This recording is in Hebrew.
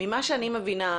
ממה שאני מבינה,